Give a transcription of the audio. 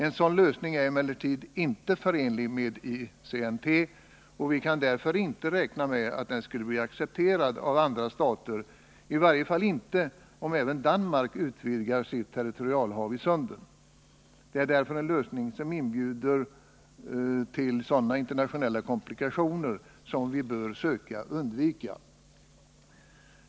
En sådan lösning är emellertid inte förenlig med ICNT, och vi kan därför inte räkna med att den skulle bli accepterad av andra stater, i varje fall inte om även Danmark utvidgar sitt territorialhav i sunden. Det är därför en lösning som inbjuder till sådana internationella komplikationer som vi bör söka undvika.